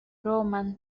roman